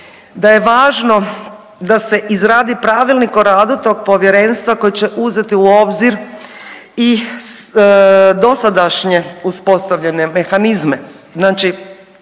da je važno da se izradi pravilnik o radu tog povjerenstva koji će uzeti u obzir i dosadašnje uspostavljene mehanizme.